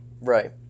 Right